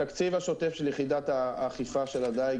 התקציב השוטף של יחידת האכיפה של הדייג